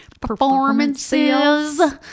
performances